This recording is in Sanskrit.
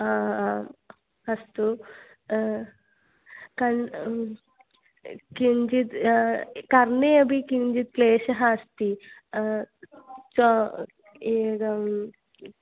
आम् अस्तु कन् किञ्जित् कर्णे अपि किञ्चित् क्लेशः अस्ति च एकम्